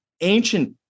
ancient